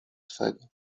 swego